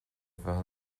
bheith